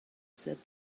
said